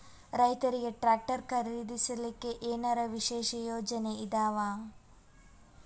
ರೈತರಿಗೆ ಟ್ರಾಕ್ಟರ್ ಖರೀದಿಸಲಿಕ್ಕ ಏನರ ವಿಶೇಷ ಯೋಜನೆ ಇದಾವ?